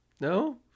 No